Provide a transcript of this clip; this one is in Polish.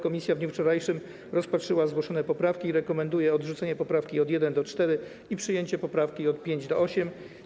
Komisja w dniu wczorajszym rozpatrzyła zgłoszone poprawki i rekomenduje odrzucenie poprawki od 1. do 4. i przyjęcie poprawki od 5. do 8.